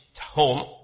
home